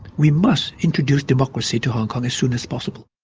we must introduce democracy to hong kong as soon as possible.